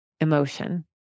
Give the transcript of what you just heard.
emotion